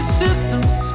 systems